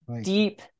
deep